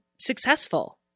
successful